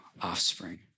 offspring